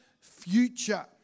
future